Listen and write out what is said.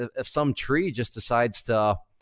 ah if some tree just decides to,